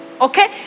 okay